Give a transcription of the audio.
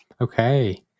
Okay